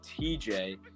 TJ